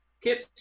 Kip